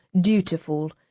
dutiful